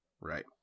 right